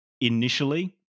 initially